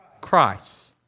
Christ